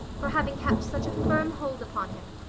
for having kept such a firm hold upon him.